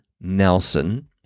Nelson